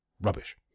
rubbish